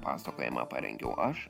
pasakojimą parengiau aš